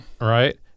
Right